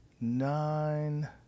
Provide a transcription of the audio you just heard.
nine